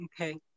Okay